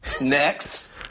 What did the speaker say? Next